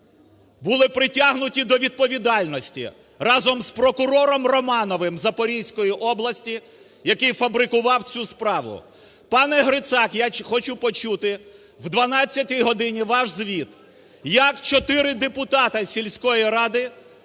були притягнуті до відповідальності разом з прокурором Романовим Запорізької області, який фабрикував цю справу. Пане Грицак, я хочу почути о 12 годині ваш звіт, як чотири депутати сільської ради,